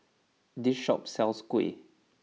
this shop sells Kuih